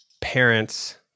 parents